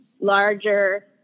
larger